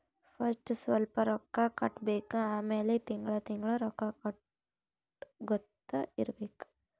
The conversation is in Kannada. ಫಸ್ಟ್ ಸ್ವಲ್ಪ್ ರೊಕ್ಕಾ ಕಟ್ಟಬೇಕ್ ಆಮ್ಯಾಲ ತಿಂಗಳಾ ತಿಂಗಳಾ ರೊಕ್ಕಾ ಕಟ್ಟಗೊತ್ತಾ ಇರ್ಬೇಕ್